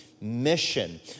Mission